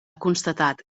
constatat